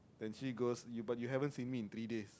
then she goes you but you haven't seen me in three days